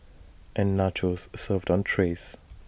and nachos served on trays